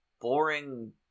boring